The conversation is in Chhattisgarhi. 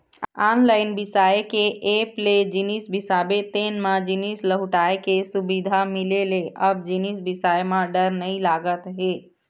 ऑनलाईन बिसाए के ऐप ले जिनिस बिसाबे तेन म जिनिस लहुटाय के सुबिधा मिले ले अब जिनिस बिसाए म डर नइ लागत हे